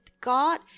God